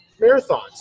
Marathons